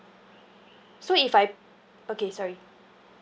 so if I okay sorry